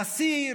נשיא,